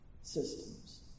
systems